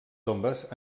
tombes